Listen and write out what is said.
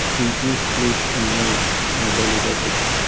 we eat sleep and move on a daily basis.